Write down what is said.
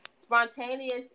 Spontaneous